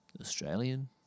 Australian